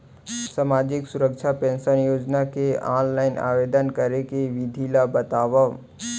सामाजिक सुरक्षा पेंशन योजना के ऑनलाइन आवेदन करे के विधि ला बतावव